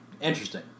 Interesting